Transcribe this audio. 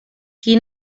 qui